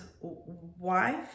wife